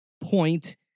point